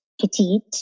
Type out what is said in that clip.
petite